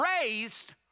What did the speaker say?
raised